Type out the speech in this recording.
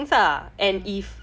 mmhmm